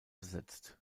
besetzt